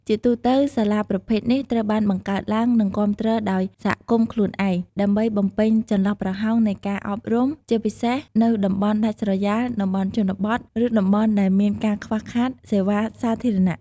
ជាទូទៅ សាលាប្រភេទនេះត្រូវបានបង្កើតឡើង និងគាំទ្រដោយសហគមន៍ខ្លួនឯង ដើម្បីបំពេញចន្លោះប្រហោងនៃការអប់រំ ជាពិសេសនៅតំបន់ដាច់ស្រយាល តំបន់ជនបទ ឬតំបន់ដែលមានការខ្វះខាតសេវាសាធារណៈ។